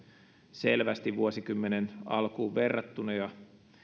selvästi vuosikymmenen alkuun verrattuna ja